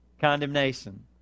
condemnation